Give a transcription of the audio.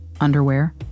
underwear